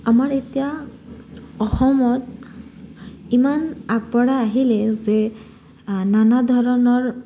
আমাৰ এতিয়া অসমত ইমান আগবঢ়া আহিলে যে নানা ধৰণৰ